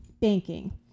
banking